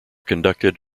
conducted